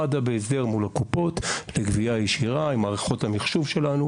מד"א בהסדר מול הקופות לגבייה ישירה עם מערכות המחשוב שלנו.